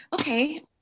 Okay